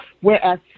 Whereas